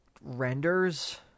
renders